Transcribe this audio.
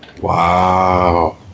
Wow